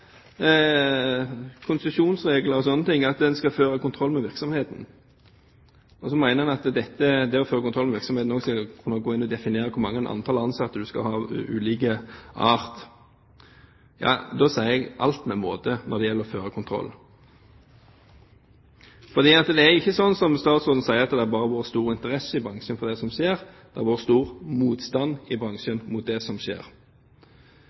konsesjonsregler og sånne ting at en skal føre kontroll med virksomheten, og så mener en at det å føre kontroll med virksomheten vil si at du kan gå inn og definere hvor mange ansatte du skal ha av ulik art. Da sier jeg: Alt med måte når det gjelder å føre kontroll. Det er ikke sånn som statsråden sier, at det har vært stor interesse i bransjen for det som skjer. Det har vært stor motstand i bransjen mot det som skjer.